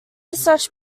such